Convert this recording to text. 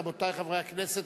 רבותי חברי הכנסת,